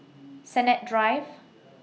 Sennett Drive